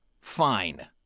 fine